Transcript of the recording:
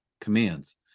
commands